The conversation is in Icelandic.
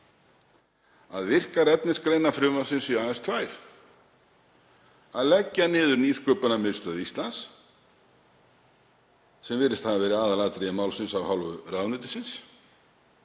að virkar efnisgreinar frumvarpsins séu aðeins tvær; að leggja niður Nýsköpunarmiðstöð Íslands, sem virðist hafa verið aðalatriði málsins af hálfu ráðuneytisins,